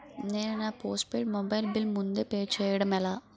నేను నా postpaid mobile bill ముందే పే చేయడం ఎలా?